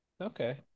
Okay